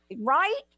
right